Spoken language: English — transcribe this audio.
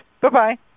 Bye-bye